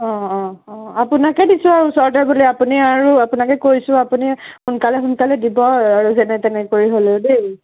অঁ অঁ অঁ আপোনাকে দিছোঁ আৰু ওচৰতে বুলি আপুনি আৰু আপোনাকে কৈছোঁ আপুনি সোনকালে সোনকালে দিব আৰু যেনে তেনে কৰি হ'লেও দেই